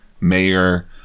mayor